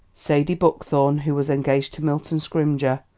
sadie buckthorn, who was engaged to milton scrymger,